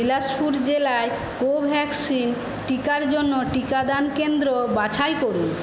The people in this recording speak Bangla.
বিলাসপুর জেলায় কোভ্যাক্সিন টিকার জন্য টিকাদান কেন্দ্র বাছাই করুন